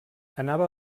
anava